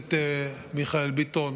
הכנסת מיכאל ביטון,